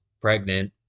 pregnant